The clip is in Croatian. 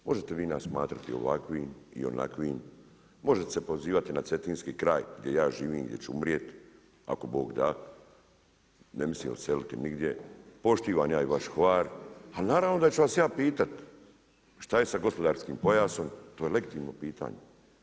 Možete vi nas smatrati ovakvim i onakvim, možete se pozivati na cetinski kraj gdje ja živim, gdje ću umrijet, ako Bog da ne mislim odseliti nigdje, poštivam ja i vaš Hvar, ali naravno da ću vas ja pitat šta je sa gospodarskim pojasom, to je legitimno pitanje.